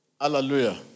Hallelujah